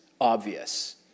obvious